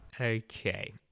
Okay